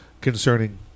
concerning